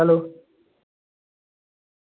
hello